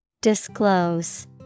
Disclose